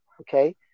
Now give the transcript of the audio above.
Okay